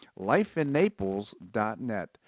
lifeinnaples.net